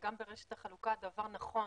וגם ברשת החלוקה דבר נכון,